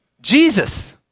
Jesus